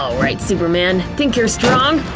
alright, superman, think you're strong?